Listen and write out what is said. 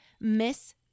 Miss